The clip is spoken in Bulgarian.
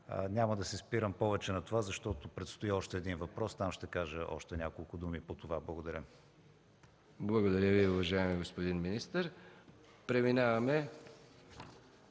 Няма да се спирам повече на това, защото предстои още един въпрос – там ще кажа още няколко думи по това. Благодаря. ПРЕДСЕДАТЕЛ МИХАИЛ МИКОВ: Благодаря Ви, уважаеми господин министър. Преминаваме